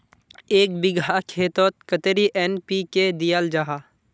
एक बिगहा खेतोत कतेरी एन.पी.के दियाल जहा?